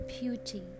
beauty